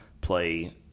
play